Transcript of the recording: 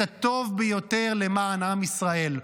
את הטוב ביותר למען עם ישראל.